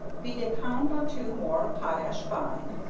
beat a pound or two more of potash fine,